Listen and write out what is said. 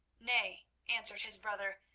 nay, answered his brother,